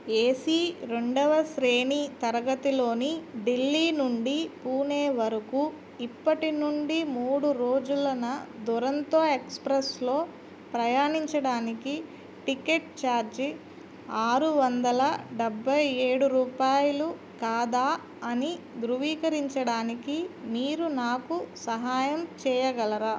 ఏ C రెండవ శ్రేణి తరగతిలోని ఢిల్లీ నుండి పూణే వరకు ఇప్పటి నుండి మూడు రోజులున దురంతో ఎక్స్ప్రెస్లో ప్రయాణించడానికి టిక్కెట్ ఛార్జీ ఆరు వందల డెబ్బై ఏడు రూపాయలు కాదా అని ధృవీకరించడానికి మీరు నాకు సహాయం చేయగలరా